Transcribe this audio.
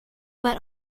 but